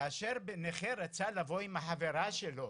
כאשר נכה רצה לבוא עם החברה שלו